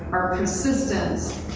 our consistence,